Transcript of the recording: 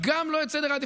יוצא שב"כ,